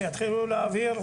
שהורים יתחילו להעביר.